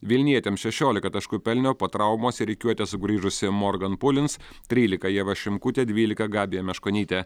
vilnietėm šešiolika taškų pelnė po traumos į rikiuotę sugrįžusi morgan pulins trylika ieva šimkutė dvylika gabija meškonytė